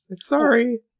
Sorry